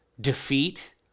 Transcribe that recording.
defeat